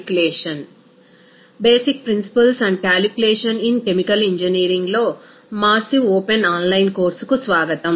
2 state equation of non ideal gas and calculation basic principles and calculation in chemical engineering లో massive open online కోర్సుకు స్వాగతం